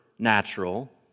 natural